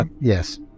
yes